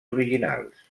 originals